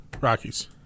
Rockies